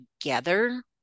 together